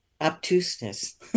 obtuseness